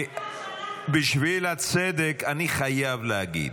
בשביל הצדק, אני חייב להגיד.